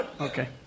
Okay